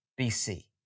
BC